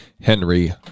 Henry